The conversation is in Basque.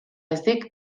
ezik